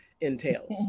entails